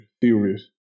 theories